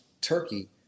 turkey